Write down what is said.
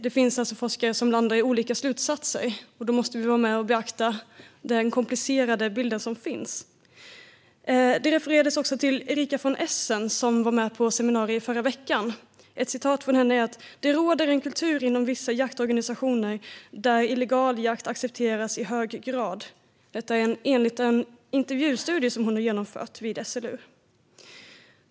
Det finns alltså forskare som landar i olika slutsatser, och då måste vi beakta den komplicerade bild som finns. Det refererades till Erica von Essen, som var med på seminariet förra veckan. Hon har sagt att det råder en kultur inom vissa jaktorganisationer där illegal jakt accepteras i hög grad. Citatet återfinns i en intervjustudie som hon har genomfört vid SLU.